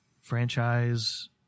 franchise